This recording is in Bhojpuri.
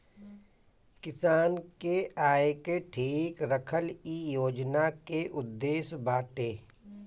किसान के आय के ठीक रखल इ योजना के उद्देश्य बाटे